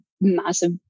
massive